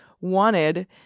wanted